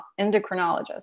endocrinologist